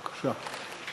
בבקשה.